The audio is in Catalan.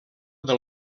del